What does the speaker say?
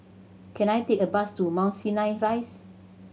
can I take a bus to Mount Sinai Rise